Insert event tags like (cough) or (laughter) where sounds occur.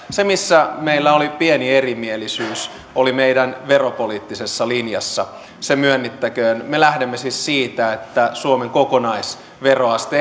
se missä meillä oli pieni erimielisyys oli meidän veropoliittisessa linjassa se myönnettäköön me lähdemme siis siitä että suomen kokonaisveroaste (unintelligible)